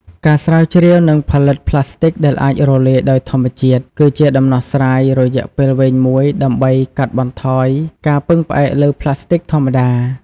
ការស្រាវជ្រាវនិងផលិតប្លាស្ទិកដែលអាចរលាយដោយធម្មជាតិ គឺជាដំណោះស្រាយរយៈពេលវែងមួយដើម្បីកាត់បន្ថយការពឹងផ្អែកលើប្លាស្ទិកធម្មតា។